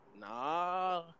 Nah